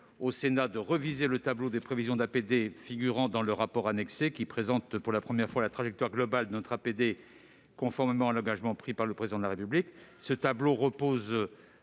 une révision du tableau des prévisions d'APD figurant dans le rapport annexé, qui présente pour la première fois la trajectoire globale de notre APD, conformément à l'engagement pris par le Président de la République. Ce tableau repose